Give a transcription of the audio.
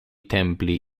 templi